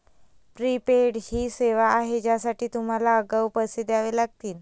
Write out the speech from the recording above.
prepaid ही सेवा आहे ज्यासाठी तुम्हाला आगाऊ पैसे द्यावे लागतील